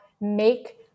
make